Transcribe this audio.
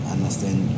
Understand